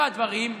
כי מטבע הדברים,